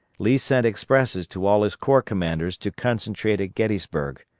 lee sent expresses to all his corps commanders to concentrate at gettysburg.